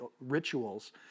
rituals